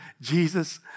Jesus